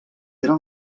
era